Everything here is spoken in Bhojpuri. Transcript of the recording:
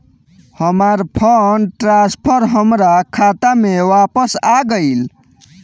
हमार फंड ट्रांसफर हमार खाता में वापस आ गइल